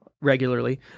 regularly